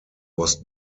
was